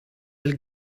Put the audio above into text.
del